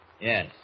Yes